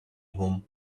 home